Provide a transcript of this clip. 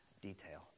detail